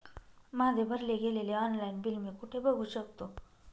माझे भरले गेलेले ऑनलाईन बिल मी कुठे बघू शकतो?